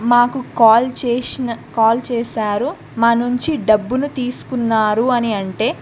మాకు కాల్ చేసిన కాల్ చేశారు మా నుంచి డబ్బును తీసుకున్నారు అని అంటే